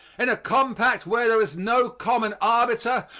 in a compact where there is no common arbiter,